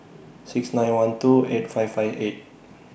six nine one two eight five five eight